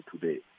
today